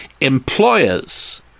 employers